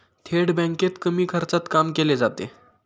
थेट बँकेत कमी खर्चात काम केले जाते